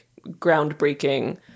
groundbreaking